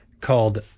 called